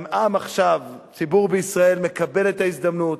העם עכשיו, הציבור בישראל, מקבל את ההזדמנות